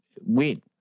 win